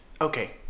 okay